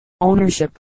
ownership